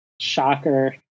shocker